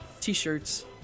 T-shirts